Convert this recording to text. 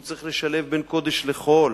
והוא צריך לשלב בין קודש לחול,